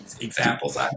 examples